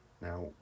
Now